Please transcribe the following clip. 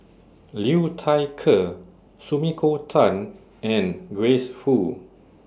Liu Thai Ker Sumiko Tan and Grace Fu